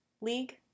league